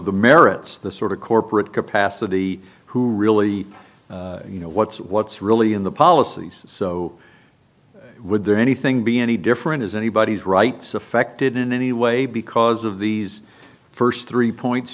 the merits the sort of corporate capacity who really you know what's what's really in the policies so would there anything be any different is anybody's rights affected in any way because of these first three points